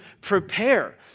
prepare